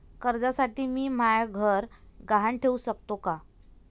कर्जसाठी मी म्हाय घर गहान ठेवू सकतो का